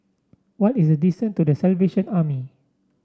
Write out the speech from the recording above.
what is the distance to The Salvation Army